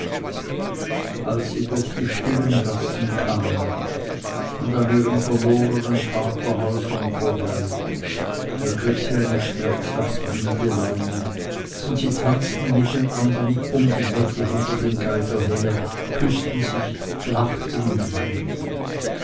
als sie durch die stillen gassen kamen und an ihren verlorenen vaterhäusern vorüber ergriff sie eine schmerzhaft wilde laune und sie tanzten mit den andern um die wette hinter dem geiger her küßten sich lachten und weinten